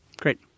Great